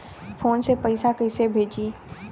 Phone से पैसा कैसे भेजी?